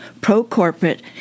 pro-corporate